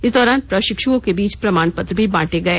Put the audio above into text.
इस दौरान प्रशिक्षुओं के बीच प्रमाण पत्र भी बांटे गये